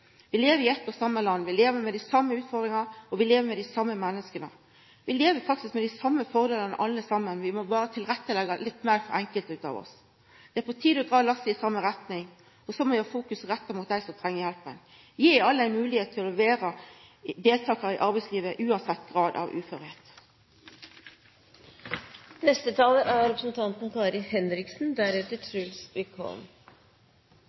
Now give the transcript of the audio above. Vi lever i eitt og same land. Vi lever med dei same utfordringane, og vi lever med dei same menneska. Vi lever faktisk med dei same fordelane alle saman. Vi må berre leggja litt meir til rette for enkelte av oss. Det er på tide å dra lasset i same retning, og så må vi ha fokuset retta mot dei som treng hjelpa, og gi alle ei moglegheit til å vera deltakarar i arbeidslivet, uansett grad av